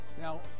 Now